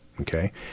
Okay